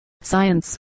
science